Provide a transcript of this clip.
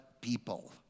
people